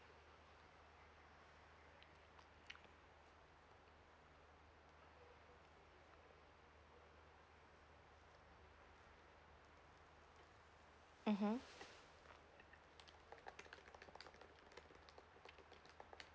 mmhmm